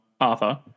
Arthur